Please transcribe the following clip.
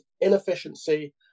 inefficiency